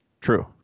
True